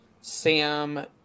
Sam